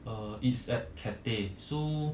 uh it's at cathay so